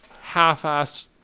half-assed